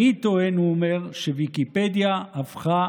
אני טוען, הוא אומר, שוויקיפדיה הפכה